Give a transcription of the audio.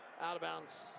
out-of-bounds